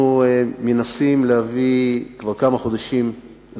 אנחנו מנסים להביא כבר כמה חודשים את